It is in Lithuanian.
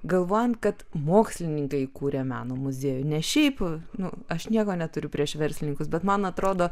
galvojant kad mokslininkai įkūrė meno muziejų ne šiaip nu aš nieko neturiu prieš verslininkus bet man atrodo